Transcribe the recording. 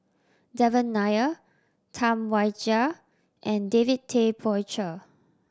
Devan Nair Tam Wai Jia and David Tay Poey Cher